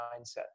mindset